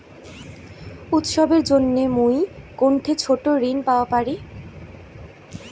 উৎসবের জন্য মুই কোনঠে ছোট ঋণ পাওয়া পারি?